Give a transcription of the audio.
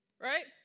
Right